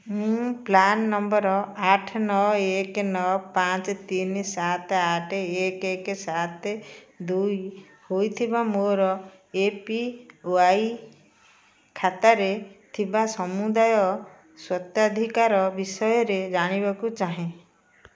ମୁଁ PRAN number ଆଠ ନଅ ଏକ ନଅ ପାଞ୍ଚ ତିନି ସାତ ଆଠ ଏକ ଏକ ସାତ ଦୁଇ ହୋଇଥିବା ମୋର ଏ ପି ୱାଇ ଖାତାରେ ଥିବା ସମୁଦାୟ ସ୍ୱତ୍ୱାଧିକାର ବିଷୟରେ ଜାଣିବାକୁ ଚାହେଁ